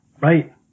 Right